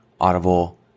Audible